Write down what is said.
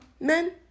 men